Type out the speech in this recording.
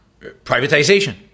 privatization